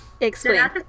Explain